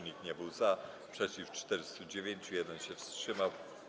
Nikt nie był za, przeciw - 409, 1 się wstrzymał.